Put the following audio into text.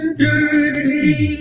dirty